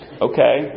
Okay